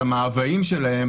של המאוויים שלהם